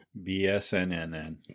BSNNN